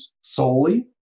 solely